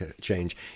change